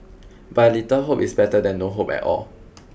but a little hope is better than no hope at all